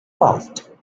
paused